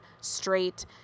straight